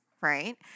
right